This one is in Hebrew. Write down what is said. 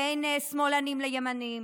בין שמאלנים לימנים.